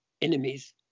enemies